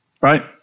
right